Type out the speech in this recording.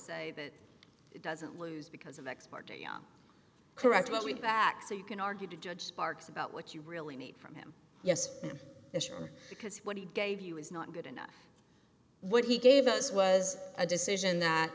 say that it doesn't lose because of x party are correct about we back so you can argue to judge sparks about what you really need from him yes sure because what he gave you is not good enough what he gave us was a decision that